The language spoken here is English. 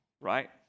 right